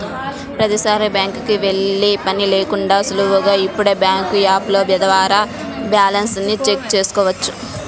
ప్రతీసారీ బ్యాంకుకి వెళ్ళే పని లేకుండానే సులువుగా ఇప్పుడు బ్యాంకు యాపుల ద్వారా బ్యాలెన్స్ ని చెక్ చేసుకోవచ్చు